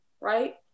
right